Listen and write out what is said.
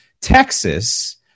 Texas